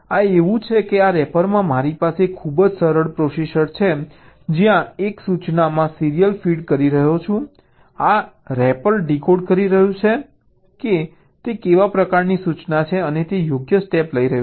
આ એવું છે કે આ રેપરમાં મારી પાસે ખૂબ જ સરળ પ્રોસેસર છે જ્યાં હું એક સૂચનામાં સીરીયલ ફીડ કરી રહ્યો છું આ રેપર ડીકોડ કરી રહ્યું છે કે તે કેવા પ્રકારની સૂચના છે અને તે યોગ્ય સ્ટેપં લઈ રહ્યું છે